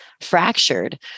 fractured